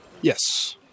Yes